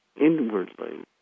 inwardly